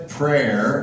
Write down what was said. prayer